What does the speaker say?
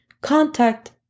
contact